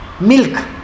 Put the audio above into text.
milk